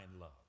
love